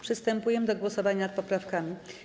Przystępujemy do głosowania nad poprawkami.